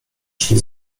szli